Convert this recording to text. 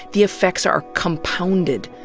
the effects are compounded,